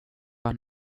han